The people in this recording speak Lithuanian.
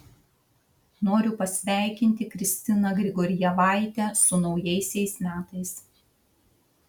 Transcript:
noriu pasveikinti kristiną grigorjevaitę su naujaisiais metais